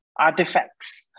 artifacts